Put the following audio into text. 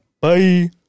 Bye